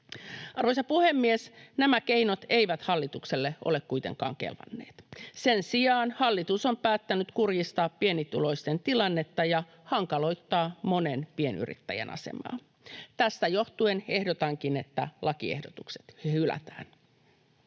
Arvoisa puhemies! Nämä keinot eivät hallitukselle ole kuitenkaan kelvanneet. Sen sijaan hallitus on päättänyt kurjistaa pienituloisten tilannetta ja hankaloittaa monen pienyrittäjän asemaa. Tästä johtuen ehdotankin, että lakiehdotukset hylätään.